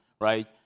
right